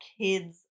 kids